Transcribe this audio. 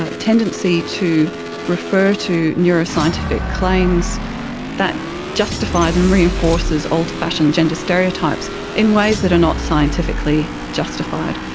ah tendency to refer to neuroscientific claims that justifies and reinforces old-fashioned gender stereotypes in ways that are not scientifically justified.